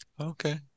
Okay